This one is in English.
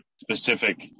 specific